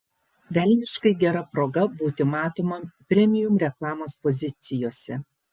velniškai gera proga būti matomam premium reklamos pozicijose